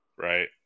Right